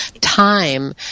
time